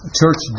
church